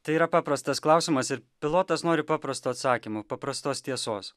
tai yra paprastas klausimas ir pilotas nori paprasto atsakymo paprastos tiesos